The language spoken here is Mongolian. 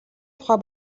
тухай